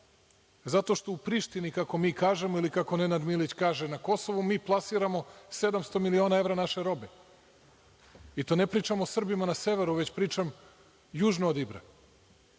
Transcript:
Zato što, u Prištini kako mi kažemo, ili kako Nenad Milić kaže na Kosovu, mi plasiramo 700 miliona evra naše robe i to ne pričamo o Srbima na severu, već pričam južno od Ibra.